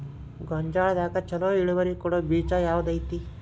ಗೊಂಜಾಳದಾಗ ಛಲೋ ಇಳುವರಿ ಕೊಡೊ ಬೇಜ ಯಾವ್ದ್ ಐತಿ?